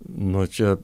nu čia